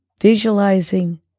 visualizing